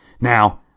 Now